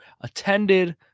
attended